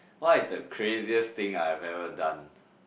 what is the craziest think I have ever done